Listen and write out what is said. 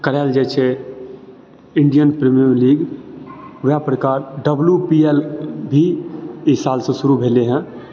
करय लए जाइ छै इण्डियन प्रिमियर लीग वएह प्रकार डब्लू पी एल भी ई सालसँ शुरू भेलय हँ